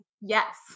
yes